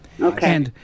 Okay